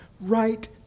right